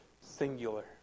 singular